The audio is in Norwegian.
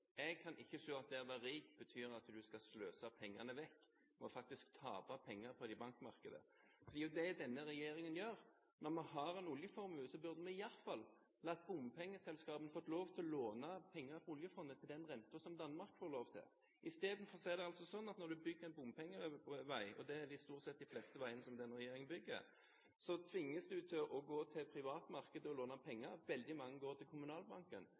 Jeg kan ikke se at det å være rik betyr at du skal sløse vekk pengene og faktisk tape penger i bankmarkedet. Det er jo det denne regjeringen gjør. Når vi har en oljeformue, burde vi i alle fall la bompengeselskapene få lov til å låne penger fra oljefondet til den renten som Danmark får. I stedet er det altså sånn at når du bygger en bompengevei – og det gjelder jo stort sett de fleste veiene som denne regjeringen bygger – så tvinges du til å gå til privatmarkedet og låne penger. Veldig mange går til Kommunalbanken,